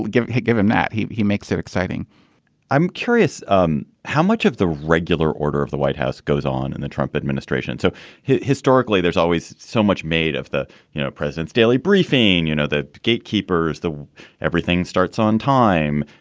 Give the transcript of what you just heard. give him give him that. he he makes it exciting i'm curious um how much of the regular order of the white house goes on in the trump administration. so historically, there's always so much made of the you know president's daily briefing. you know, the gatekeepers, the everything starts on time,